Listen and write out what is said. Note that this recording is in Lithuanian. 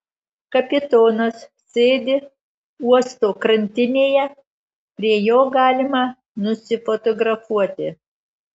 kapitonas sėdi uosto krantinėje prie jo galima nusifotografuoti